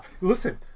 Listen